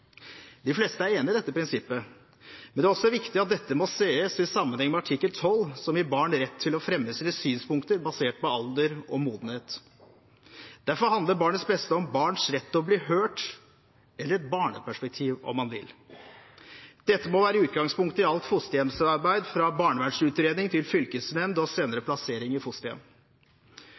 De fleste er enig i dette prinsippet, men det er også viktig at dette må ses i sammenheng med artikkel 12, som gir barn rett til å fremme sine synspunkter basert på alder og modenhet. Derfor handler barnets beste om barns rett til å bli hørt eller et barneperspektiv om man vil. Dette må være utgangspunktet i alt fosterhjemsarbeid – fra barnevernsutredning til fylkesnemnd og senere plassering i fosterhjem.